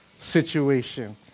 situation